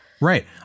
Right